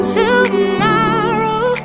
tomorrow